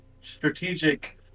strategic